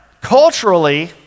culturally